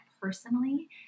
personally